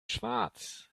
schwarz